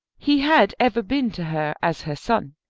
he had ever been to her as her son,